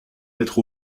mettre